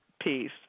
Peace